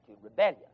rebellion